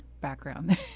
background